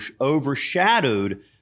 overshadowed